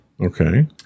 Okay